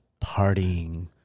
partying